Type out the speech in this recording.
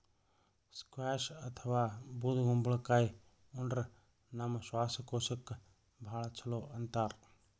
squash ಅಥವಾ ಬೂದ್ ಕುಂಬಳಕಾಯಿ ಉಂಡ್ರ ನಮ್ ಶ್ವಾಸಕೋಶಕ್ಕ್ ಭಾಳ್ ಛಲೋ ಅಂತಾರ್